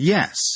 Yes